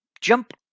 Jump